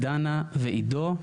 דנה ועידו,